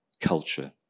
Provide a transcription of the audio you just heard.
culture